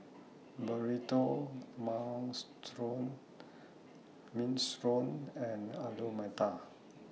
Burrito Minestrone strong and Alu Matar